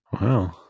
Wow